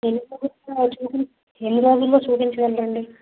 ఎన్ని రోజులు చూపిం ఎన్ని రోజుల్లో చూపించగలరండి